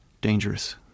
dangerous